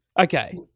Okay